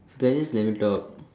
can just let me talk